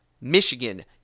Michigan